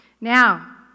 Now